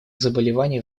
заболеваний